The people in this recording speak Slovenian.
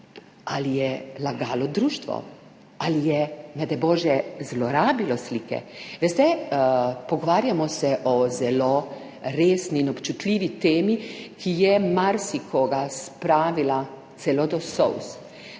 ali je lagalo društvo ali je, ne daj bože, zlorabilo slike? Veste, pogovarjamo se o zelo resni in občutljivi temi, ki je marsikoga spravila celo do solz,